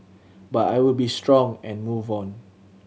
but I will be strong and move on